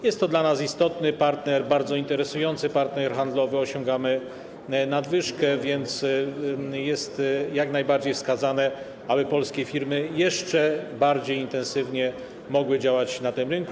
Jest to dla nas istotny partner, bardzo interesujący partner handlowy, osiągamy nadwyżkę, więc jest jak najbardziej wskazane, aby polskie firmy jeszcze bardziej intensywnie mogły działać na tym rynku.